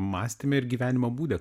mąstyme ir gyvenimo būde